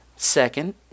Second